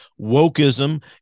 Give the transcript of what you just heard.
wokeism